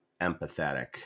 empathetic